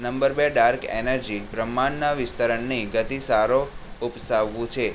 number બે dark energy બ્રહ્માંડના વિસ્તરણને ગતિ સારો ઉપસાવવું છે